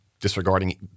disregarding